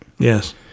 Yes